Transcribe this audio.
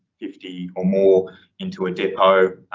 fifty or more into a depot,